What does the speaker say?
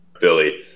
billy